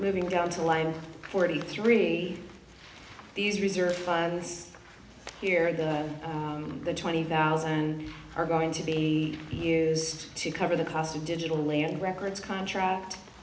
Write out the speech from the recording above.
moving down to line forty three these reserves funds here that the twenty thousand are going to be used to cover the cost of digital land records contract